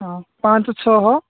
ହଁ ପାଞ୍ଚ ଛଅ